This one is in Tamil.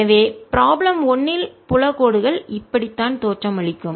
எனவே ப்ராப்ளம் 1 இல் புலம் கோடுகள் இப்படித்தான் தோற்றம் அளிக்கும்